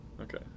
Okay